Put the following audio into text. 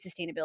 sustainability